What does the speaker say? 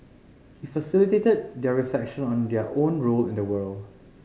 he facilitated their reflection on their own role in the world